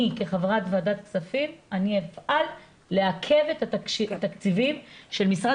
אני כחברת ועדת כספים אפעל לעכב את התקציבים של משרד